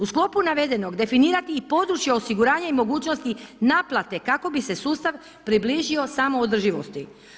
U sklopu navedenog, definirati i područje osigurana i mogućnosti naplate kako bi se sustav približio samoodrživosti.